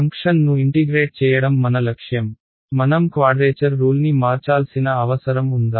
ఫంక్షన్ను ఇంటిగ్రేట్ చేయడం మన లక్ష్యం మనం క్వాడ్రేచర్ రూల్ని మార్చాల్సిన అవసరం ఉందా